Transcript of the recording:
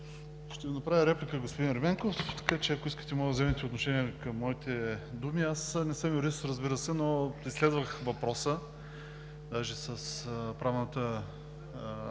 Ви направя реплика, господин Ерменков, така че, ако искате, може да вземете отношение към моите думи. Аз не съм юрист, разбира се, но изследвах въпроса даже с Правната